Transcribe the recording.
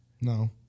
No